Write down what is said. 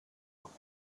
durch